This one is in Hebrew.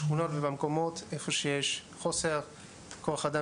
בשכונות ובמקומות שיש חוסר כוח אדם